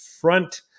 front